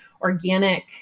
organic